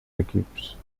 equips